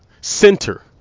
center